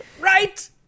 Right